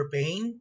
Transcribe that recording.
pain